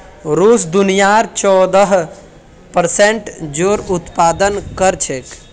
रूस दुनियार चौदह प्परसेंट जौर उत्पादन कर छेक